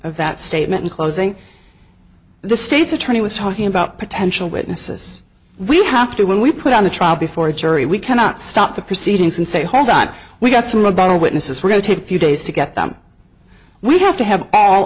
of that statement in closing the state's attorney was talking about potential witnesses we have to when we put on a trial before a jury we cannot stop the proceedings and say hold on we've got some rebuttal witnesses we're going take a few days to get them we have to have all